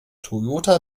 toyota